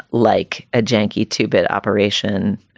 like a janky two bit operation.